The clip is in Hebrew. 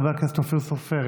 חבר הכנסת אופיר סופר,